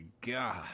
God